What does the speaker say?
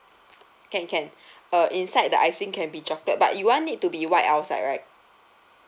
can can uh inside the icing can be chocolate but you want it to be white outside right